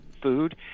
food